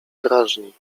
drażni